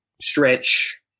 stretch